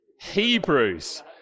Hebrews